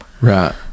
Right